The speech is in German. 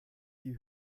die